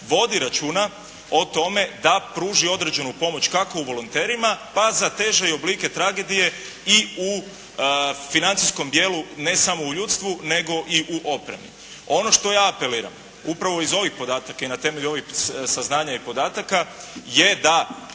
vodi računa o tome da pruži određenu pomoć kako volonterima pa za teže oblike tragedije i u financijskom dijelu, ne samo u ljudstvu nego i u opremi. Ono što ja apeliram upravo iz ovih podataka i na temelju ovih saznanja i podataka je da